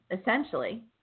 essentially